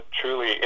truly